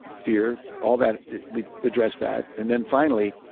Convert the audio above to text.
fear, all that we address that. and then finally,